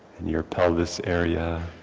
and your pelvis area,